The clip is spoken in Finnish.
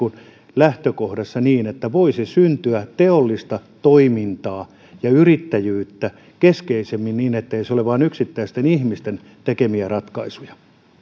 lähtökohdassa niin että voisi syntyä teollista toimintaa ja yrittäjyyttä keskeisemmin niin etteivät ne ole vain yksittäisten ihmisten tekemiä ratkaisuja